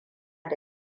da